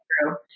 true